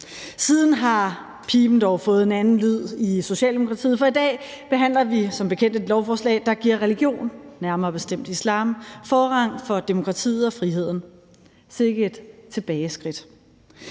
Siden har piben dog fået en anden lyd i Socialdemokratiet, for i dag behandler vi som bekendt et lovforslag, der giver religion, nærmere bestemt islam, forrang for demokratiet og friheden. Sikke et tilbageskridt.